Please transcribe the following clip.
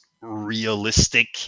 realistic